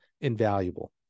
Invaluable